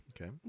Okay